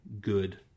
Good